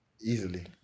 Easily